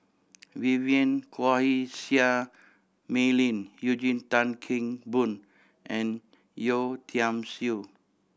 Vivien Quahe Seah Mei Lin Eugene Tan Kheng Boon and Yeo Tiam Siew